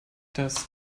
das